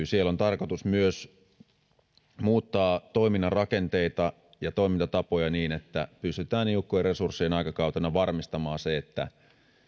siellä on tarkoitus myös muuttaa toiminnan rakenteita ja toimintatapoja niin että pystytään niukkojen resurssien aikakautena varmistamaan se että